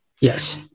yes